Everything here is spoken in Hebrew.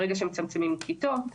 ברגע שמצמצמים כיתות,